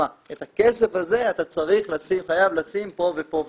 את הכסף הזה אתה חייב לשים פה ופה ופה.